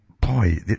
boy